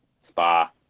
spa